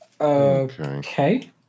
Okay